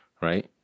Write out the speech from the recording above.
Right